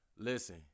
Listen